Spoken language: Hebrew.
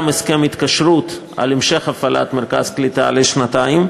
הסכם התקשרות להמשך הפעלת מרכז הקליטה לשנתיים,